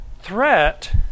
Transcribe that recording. Threat